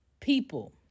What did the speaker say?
people